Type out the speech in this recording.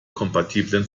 kompatiblen